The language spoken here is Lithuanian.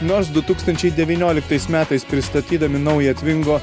nors du tūkstančiai devynioliktas metais pristatydami naują tvingo